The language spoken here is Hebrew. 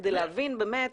כדי להבין באמת